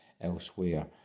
elsewhere